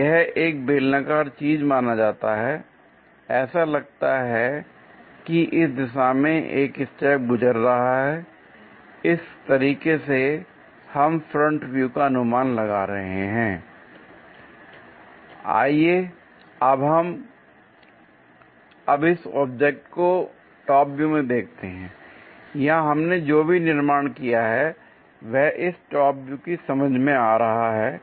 तो यह एक बेलनाकार चीज़ माना जाता हैऐसा लगता है कि इस दिशा में एक स्टेप गुजर रहा है l इस तरीके से हम फ्रंट व्यू का अनुमान लगा रहे हैं l आइए अब इस ऑब्जेक्ट को टॉप व्यू में देखते हैं l यहां हमने जो भी निर्माण किया है वह इस टॉप व्यू से समझ में आ रहा है